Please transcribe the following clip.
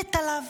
שומרת עליו.